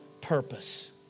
purpose